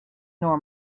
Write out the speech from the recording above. nor